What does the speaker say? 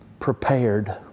Prepared